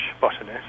botanist